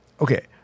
okay